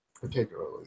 particularly